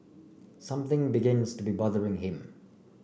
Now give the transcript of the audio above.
something begins to be bothering him